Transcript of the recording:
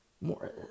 more